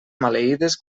maleïdes